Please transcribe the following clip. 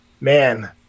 man